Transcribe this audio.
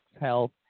health